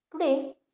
Today